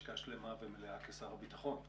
לשכה שלמה ומלאה כשר הביטחון,